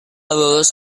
lulus